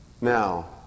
Now